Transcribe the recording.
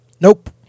Nope